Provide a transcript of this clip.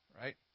Right